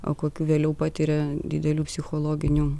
o kokių vėliau patiria didelių psichologinių